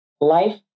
life